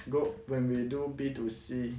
go when we do B two C